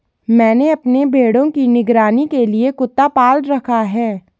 मैंने अपने भेड़ों की निगरानी के लिए कुत्ता पाल रखा है